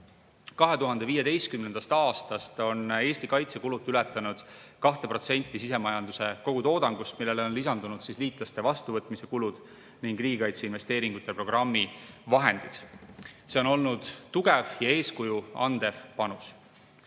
2015. aastast on Eesti kaitsekulud ületanud 2% sisemajanduse kogutoodangust, millele on lisandunud liitlaste vastuvõtmise kulud ning riigikaitseinvesteeringute programmi vahendid. See on olnud tugev ja eeskuju andev panus.